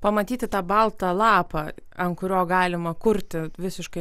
pamatyti tą baltą lapą ant kurio galima kurti visiškai